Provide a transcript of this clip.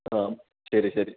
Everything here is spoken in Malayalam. ആ ശരി ശരി